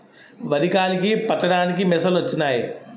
వరి గాలికి పట్టడానికి మిసంలొచ్చినయి